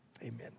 amen